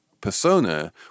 persona